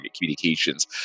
communications